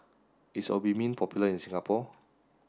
is Obimin popular in Singapore